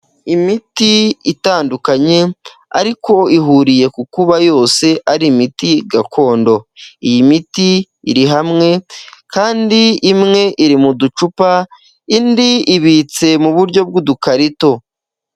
Imiti itandukanye ariko ihuriye ku kuba yose ari imiti gakondo, iyi miti iri hamwe kandi imwe iri mu ducupa indi ibitse mu buryo bw'udukarito.